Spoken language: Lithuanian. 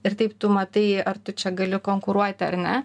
ir taip tu matai ar tu čia gali konkuruoti ar ne